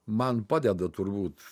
man padeda turbūt